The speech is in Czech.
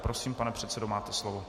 Prosím, pane předsedo, máte slovo.